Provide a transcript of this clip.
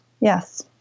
Yes